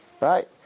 Right